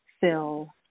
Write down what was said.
fill